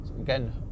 again